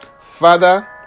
Father